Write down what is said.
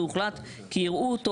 והוחלט כי יראו אותו,